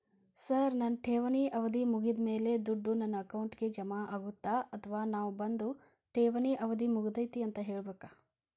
Sir ನನ್ನ ಠೇವಣಿ ಅವಧಿ ಮುಗಿದಮೇಲೆ, ದುಡ್ಡು ನನ್ನ ಅಕೌಂಟ್ಗೆ ಜಮಾ ಆಗುತ್ತ ಅಥವಾ ನಾವ್ ಬಂದು ಠೇವಣಿ ಅವಧಿ ಮುಗದೈತಿ ಅಂತ ಹೇಳಬೇಕ?